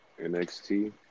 NXT